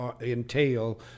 entail